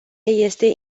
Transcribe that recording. este